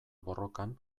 borrokan